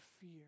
fear